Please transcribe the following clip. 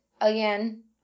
again